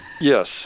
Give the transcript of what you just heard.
Yes